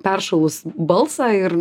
peršalus balsą ir